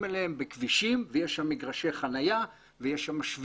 אליהן בכבישים ויש שם מגרשי חניה ושבילים.